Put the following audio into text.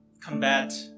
combat